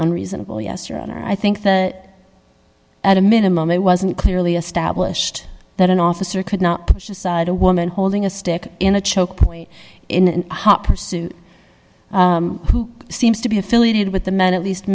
an reasonable yes your honor i think that at a minimum it wasn't clearly established that an officer could not push aside a woman holding a stick in a choke point in hot pursuit who seems to be affiliated with the men at least